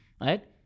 right